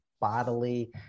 bodily